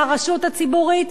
מהרשות הציבורית,